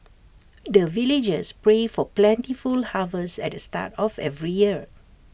the villagers pray for plentiful harvest at the start of every year